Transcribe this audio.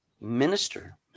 minister